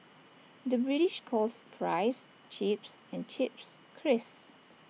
the British calls Fries Chips and Chips Crisps